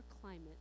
climate